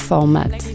Format